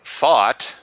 fought